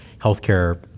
healthcare